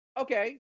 okay